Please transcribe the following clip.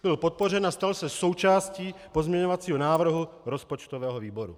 Byl podpořen a stal se součástí pozměňovacího návrhu rozpočtového výboru.